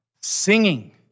singing